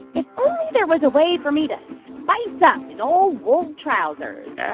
if only there was a way for me to spice up these old wool trousers?